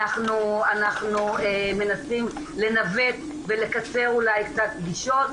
אנחנו מנסים לנווט ולקצר אולי קצת פגישות,